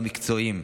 המקצועיים.